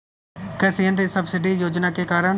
कृषि यंत्र सब्सिडी योजना के कारण?